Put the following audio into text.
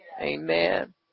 Amen